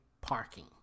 parking